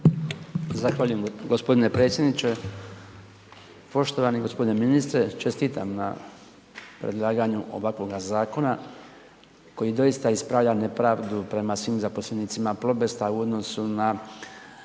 Zahvaljujem g. predsjedniče. Poštovani g. ministre, čestitam na predlaganju ovakvoga zakona koji doista ispravlja nepravdu prema svim zaposlenicima Plobesta u odnosu na